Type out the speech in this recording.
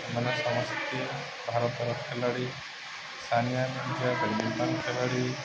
ଏମାନେ ସମସ୍ତେ ଭାରତର ଖେଳାଳି ସାନୀଆ ମିର୍ଜା ବେଡ଼୍ମିଣ୍ଟନ୍ ଖେଳାଳି